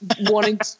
wanting